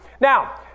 Now